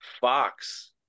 Fox